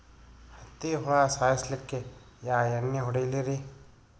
ಹತ್ತಿ ಹುಳ ಸಾಯ್ಸಲ್ಲಿಕ್ಕಿ ಯಾ ಎಣ್ಣಿ ಹೊಡಿಲಿರಿ?